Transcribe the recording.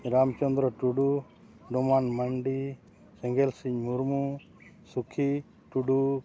ᱨᱟᱢ ᱪᱚᱱᱫᱨᱚ ᱴᱩᱰᱩ ᱰᱚᱢᱟᱱ ᱢᱟᱱᱰᱤ ᱥᱮᱸᱜᱮᱥᱤᱧ ᱢᱩᱨᱢᱩ ᱥᱩᱠᱷᱤ ᱴᱩᱰᱩ